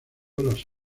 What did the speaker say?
las